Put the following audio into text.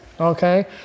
Okay